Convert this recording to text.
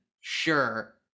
sure